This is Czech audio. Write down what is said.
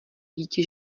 dítě